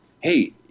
Hey